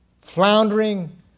floundering